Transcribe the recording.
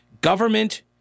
government